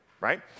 right